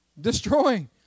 Destroying